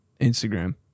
Instagram